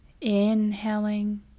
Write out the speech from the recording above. inhaling